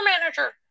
manager